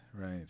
right